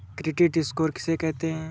Credit score किसे कहते हैं?